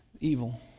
evil